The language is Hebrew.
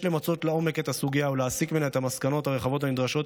יש למצות לעומק את הסוגיה ולהסיק ממנה את המסקנות הרחבות הנדרשות,